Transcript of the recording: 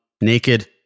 naked